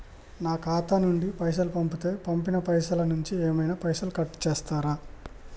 నా ఖాతా నుండి పైసలు పంపుతే పంపిన పైసల నుంచి ఏమైనా పైసలు కట్ చేత్తరా?